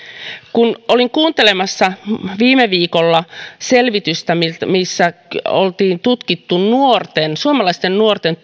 kun olin kuuntelemassa viime viikolla selvitystä missä missä oltiin tutkittu suomalaisten nuorten